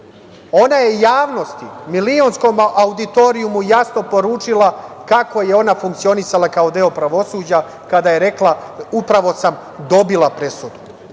je javnosti, milionskom auditorijumu jasno poručila kako je ona funkcionisala kao deo pravosuđa kada je rekla – upravo sam dobila presudu.